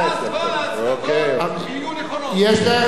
יש דרך יותר טובה להיפטר מכל הבעיות,